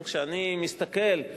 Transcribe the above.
כשאני מסתכל,